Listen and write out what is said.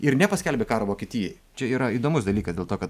ir nepaskelbė karo vokietijai čia yra įdomus dalykas dėl to kad